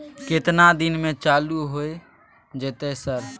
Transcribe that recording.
केतना दिन में चालू होय जेतै सर?